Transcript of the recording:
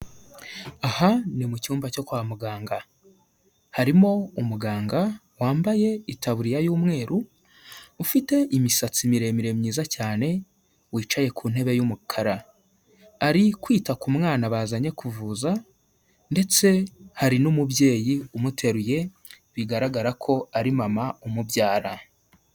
Aha ni mu cyumba cyo kwa muganga, harimo umuganga wambaye itaburiya y'umweru, ufite imisatsi miremire myiza cyane, wicaye ku ntebe y'umukara, ari kwita ku mwana bazanye kuvuza ndetse hari n'umubyeyi umuteruye bigaragara ko ari mama umubyara.